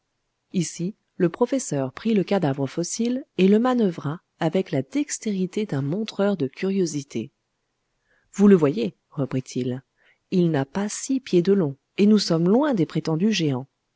ici le professeur prit le cadavre fossile et le manoeuvra avec la dextérité d'un montreur de curiosités vous le voyez reprit-il il n'a pas six pieds de long et nous sommes loin des prétendus géants